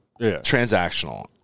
transactional